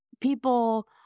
people